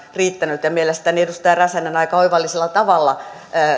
riittänyt mielestäni edustaja räsänen aika oivallisella tavalla